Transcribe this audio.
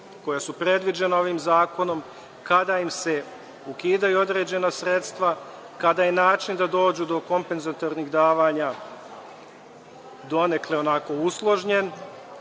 koja su predviđena ovim zakonom, ukidaju određena sredstva, kada je način da dođu do kompenzatornih davanja donekle usložnjen,